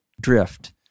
drift